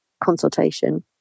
consultation